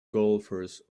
golfers